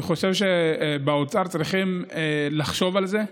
אני חושב שבאוצר צריכים לחשוב על זה.